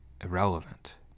Irrelevant